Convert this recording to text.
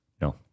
No